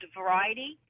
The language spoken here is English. variety